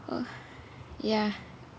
oh ya